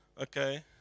okay